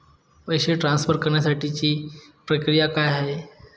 पैसे ट्रान्सफर करण्यासाठीची प्रक्रिया काय आहे?